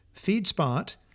FeedSpot